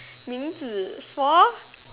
Ming-Zi four